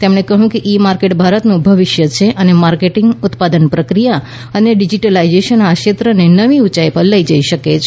તેમણે કહ્યું કે ઇ માર્કેટ ભારતનું ભવિષ્ય છે અને માર્કેટિંગ ઉત્પાદન પ્રક્રિયા અને ડિજિટલાઇઝેશન આ ક્ષેત્રને નવી ઉયાઇ પર લઈ જઈ શકે છે